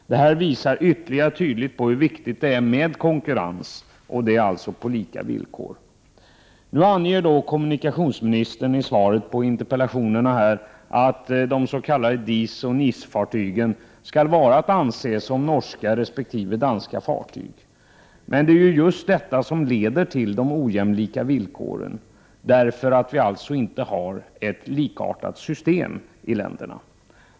Detta visar tydligt på hur viktigt det är med konkurrens, konkurrens på lika villkor. Nu anger kommunikationsministern i svaret på interpellationerna att de s.k. NIS och DIS-fartygen skall vara att anse som norska resp. danska fartyg. Men det är just detta som leder till de ojämlika villkoren, att vi alltså inte har ett likartat system i länderna.